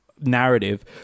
narrative